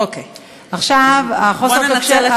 אוקיי, בואו ננצל את